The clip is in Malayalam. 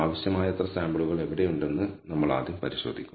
ആവശ്യമായത്ര സാമ്പിളുകൾ എവിടെയുണ്ടെന്ന് നമ്മൾ ആദ്യം പരിശോധിക്കും